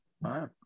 right